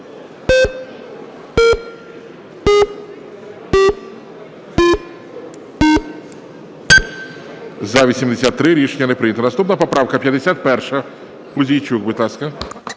За-83 Рішення не прийнято. Наступна поправка 51. Пузійчук, будь ласка.